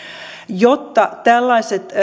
jotta tällaiset